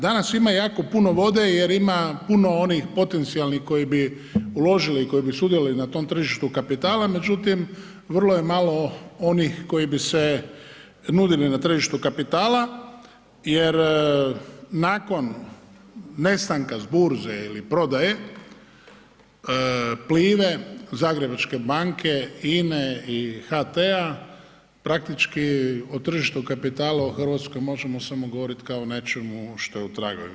Danas ima jako puno vode jel ima puno onih potencijalnih koji bi uložili, koji bi sudjelovali na tom tržištu kapitala, međutim vrlo ja malo onih koji bi se nudili na tržištu kapitala jer nakon nestanka s burze ili prodaje Plive, Zagrebačke banke, INA-e i HT-a praktički o tržištu kapitala u Hrvatskoj možemo samo govoriti o nečemu što je u tragovima.